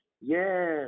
Yes